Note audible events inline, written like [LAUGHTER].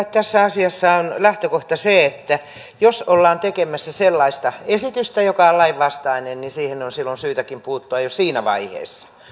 [UNINTELLIGIBLE] tässä asiassa on lähtökohta se että jos ollaan tekemässä sellaista esitystä joka on lainvastainen niin siihen on silloin syytäkin puuttua jo siinä vaiheessa